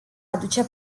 aduce